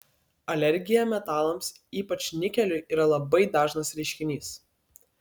alergija metalams ypač nikeliui yra labai dažnas reiškinys